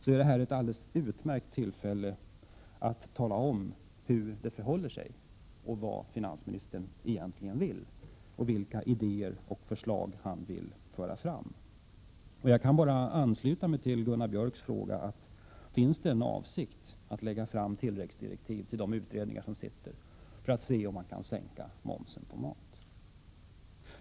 Det här är ett alldeles utmärkt tillfälle att tala om, hur det förhåller sig och vad finansministern egentligen vill — vilka idéer och vilka förslag han ämnar föra fram. Jag kan ansluta mig till Gunnar Björks fråga: Finns det en avsikt att lägga fram tilläggsdirektiv till de utredningar som sitter och se om man kan sänka momsen på mat?